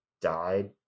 died